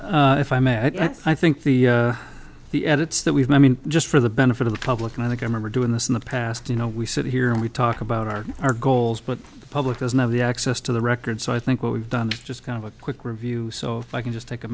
think if i may i think the the edits that we've i mean just for the benefit of the public and i think i remember doing this in the past you know we sit here and we talk about our our goals but the public doesn't have the access to the records so i think what we've done just kind of a quick review so if i can just take a